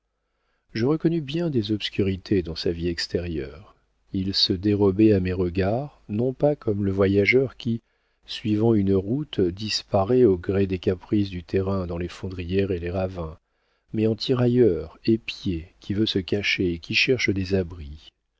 je reconnus bien des obscurités dans sa vie extérieure il se dérobait à mes regards non pas comme le voyageur qui suivant une route disparaît au gré des caprices du terrain dans les fondrières et les ravins mais en tirailleur épié qui veut se cacher et qui cherche des abris